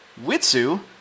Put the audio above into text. Witsu